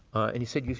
and he said,